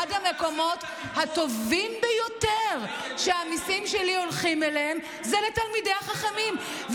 אחד המקומות הטובים ביותר שהמסים שלי הולכים אליהם זה לתלמידי החכמים.